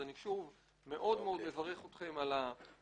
אני שוב מברך אתכם על ההתקדמות.